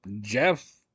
Jeff